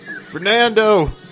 Fernando